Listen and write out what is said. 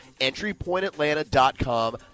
entrypointatlanta.com